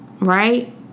right